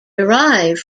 derived